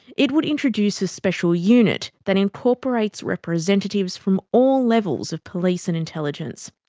it would introduce a special unit that incorporates representatives from all levels of police and intelligence.